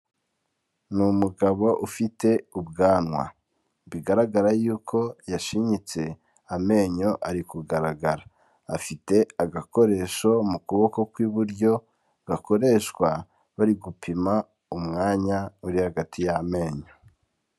Ni umugabo ufite ubwanwa bigaragara yuko yashinyitse amenyo arikugaragara. Afite agakoresho mu kuboko kw'iburyo gakoreshwa barigupima umwanya uri hagati y'amenyo.